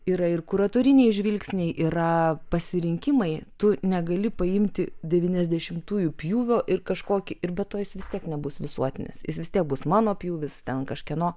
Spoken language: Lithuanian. yra ir kuratoriniai žvilgsniai yra pasirinkimai tu negali paimti devyniasdešimtųjų pjūvio ir kažkokį ir be to jis vis tiek nebus visuotinis jis vis tiek bus mano pjūvis ten kažkieno